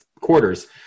quarters